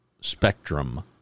spectrum